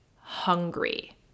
hungry